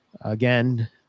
again